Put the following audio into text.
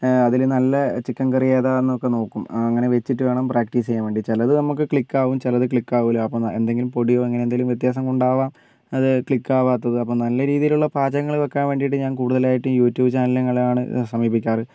അതിൽ നല്ല ചിക്കൻ കറി ഏതാന്നൊക്കെ നോക്കും അങ്ങനെ വെച്ചിട്ട് വേണം നമുക്ക് പ്രാക്ടീസ് ചെയ്യാൻ വേണ്ടി ചിലത് ക്ലിക്കാവും ചിലത് ക്ലിക്കാവൂല അപ്പോൾ എന്തെങ്കിലും പൊടിയോ അങ്ങനെ എന്തെങ്കിലും വ്യത്യാസം കൊണ്ടാവാം അത് ക്ലിക്കാവാത്തത് അപ്പം നല്ല രീതിയിലുള്ള പാചകങ്ങൾ വെക്കാൻ വേണ്ടിയിട്ട് ഞാൻ കൂടുതലായിട്ടും യൂട്യൂബ് ചാനൽ ആണ് സമീപിക്കാറ്